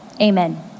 amen